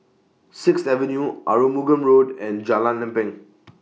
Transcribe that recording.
Sixth Avenue Arumugam Road and Jalan Lempeng